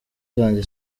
zanjye